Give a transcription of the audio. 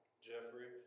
Jeffrey